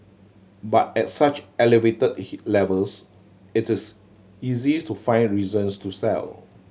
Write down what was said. but at such elevated levels it is easy to find reasons to sell